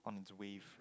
on it's wave